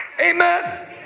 Amen